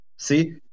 See